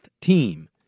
team